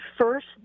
first